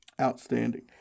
Outstanding